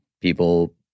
people